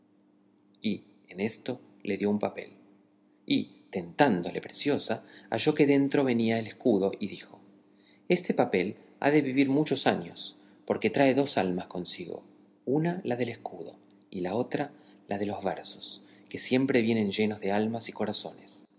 y en esto le dio un papel y tentándole preciosa halló que dentro venía el escudo y dijo este papel ha de vivir muchos años porque trae dos almas consigo una la del escudo y otra la de los versos que siempre vienen llenos de almas y corazones